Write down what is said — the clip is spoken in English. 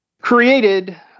created